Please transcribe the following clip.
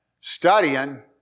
studying